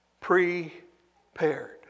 prepared